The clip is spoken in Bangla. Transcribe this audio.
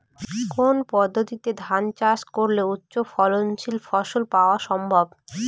কোন পদ্ধতিতে ধান চাষ করলে উচ্চফলনশীল ফসল পাওয়া সম্ভব?